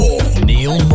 Neil